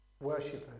Worshippers